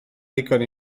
ddigon